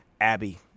Abby